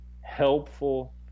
helpful